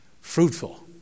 Fruitful